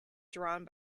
drawn